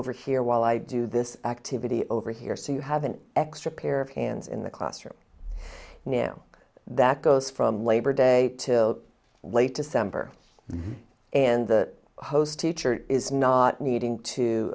over here while i do this activity over here so you have an extra pair of hands in the classroom now that goes from labor day till late december and the host teacher is not needing to